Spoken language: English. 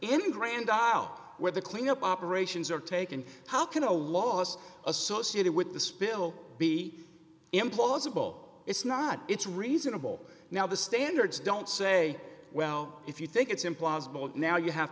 in grand isle where the cleanup operations are taken how can a loss associated with the spill be implausible it's not it's reasonable now the standards don't say well if you think it's implausible now you have